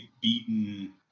beaten